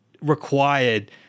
required